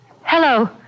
Hello